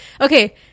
okay